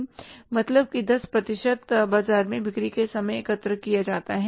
मतलब 10 प्रतिशत बाजार में बिक्री के समय एकत्र किया जाता है